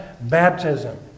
baptism